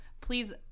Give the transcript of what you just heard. Please